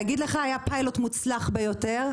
היה פיילוט מוצלח ביותר,